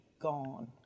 gone